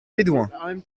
bédoin